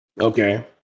Okay